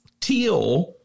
Teal